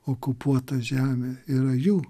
okupuota žemė yra jų